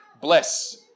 Bless